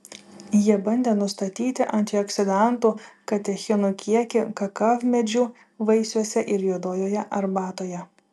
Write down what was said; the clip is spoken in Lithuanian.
jie bandė nustatyti antioksidantų katechinų kiekį kakavmedžių vaisiuose ir juodojoje arbatoje